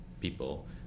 people